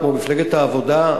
כמו מפלגת העבודה,